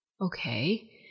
okay